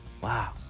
Wow